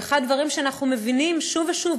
ואחד הדברים שאנחנו מבינים שוב ושוב,